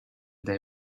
they